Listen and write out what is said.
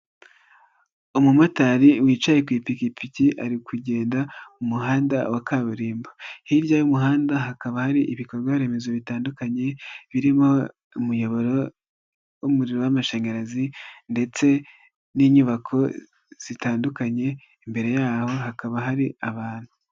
Umumotari wicaye ku ipikipiki ari kugenda mu muhanda wa kaburimbo, hirya y'umuhanda hakaba hari ibikorwa remezo bitandukanye birimo umuyoboro w'umuriro w'amashanyarazi ndetse n'inyubako zitandukanye, imbere yaho hakaba hari abantu.